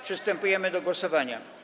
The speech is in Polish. Przystępujemy do głosowania.